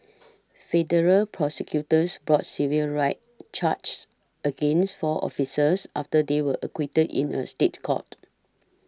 federal prosecutors brought civil rights charges against four officers after they were acquitted in a State Court